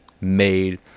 made